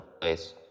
place